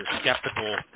skeptical